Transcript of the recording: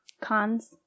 Cons